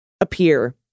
appear